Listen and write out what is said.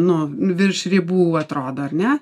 nu virš ribų atrodo ar ne